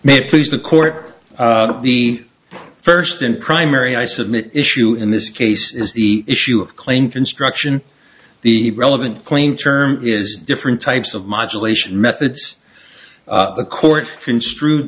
may please the court of the first and primary i submit issue in this case is the issue of claim construction the relevant claim term is different types of modulation methods the court construe